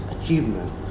achievement